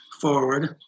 forward